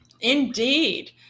Indeed